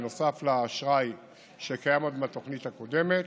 נוסף לאשראי שקיים עוד מהתוכנית הקודמת,